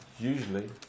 Usually